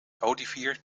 olivier